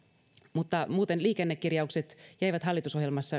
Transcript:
mutta muuten liikennekirjaukset jäivät hallitusohjelmassa